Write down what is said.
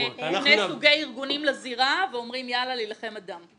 -- זורקים שני סוגי ארגונים לזירה ואומרים יאללה להילחם עד דם.